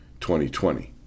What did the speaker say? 2020